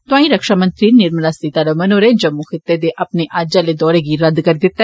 तोआईं रक्षामंत्री निर्मला सीतारमण होर जम्मू खित्ते दे अपने अज्ज आले दौरे गी रद्द करी दिता ऐ